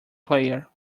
player